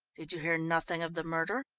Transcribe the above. did you hear nothing of the murder?